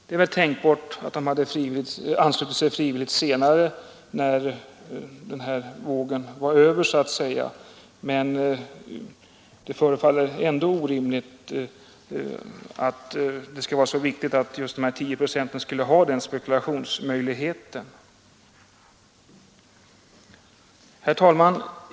Det är tänkbart att de skulle ha anslutit sig frivilligt senare, när så att säga denna våg var över, men det förefaller ändå orimligt att dessa 10 procent skulle ha den spekulationsmöjligheten.